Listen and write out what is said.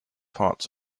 parts